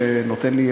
שנותן לי,